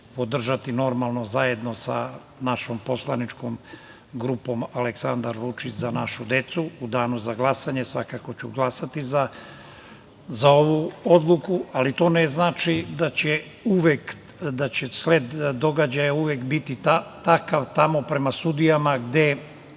podržati normalno, zajedno sa našom poslaničkom grupom Aleksandar Vučić – Za našu decu. U Danu za glasanje svakako ću glasati za ovu odluku, ali to ne znači da će sled događaja uvek biti takav tamo prema sudijama, gde